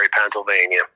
Pennsylvania